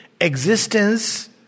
existence